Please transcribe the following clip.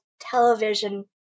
television